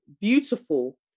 beautiful